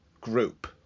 group